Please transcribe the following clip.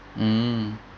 mm